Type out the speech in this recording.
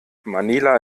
manila